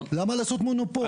למה לעשות מונופול?